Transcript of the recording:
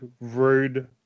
Rude